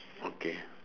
okay